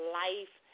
life